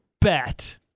bet